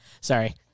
sorry